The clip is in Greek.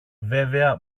βέβαια